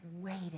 waited